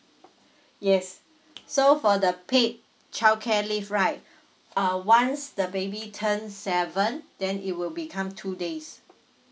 yes so for the paid childcare leave right uh once the baby turns seven then it will become two days